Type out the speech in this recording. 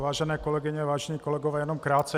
Vážené kolegyně, vážení kolegové, jenom krátce.